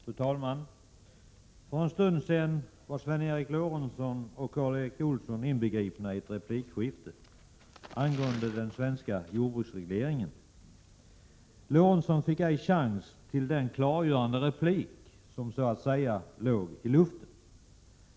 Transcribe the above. Fru talman! För en stund sedan var Sven Eric Lorentzon och Karl Erik Olsson inbegripna i ett replikskifte angående den svenska jordbruksregleringen. Sven Eric Lorentzon fick ej chans till den klargörande replik som så 23 att säga låg i luften.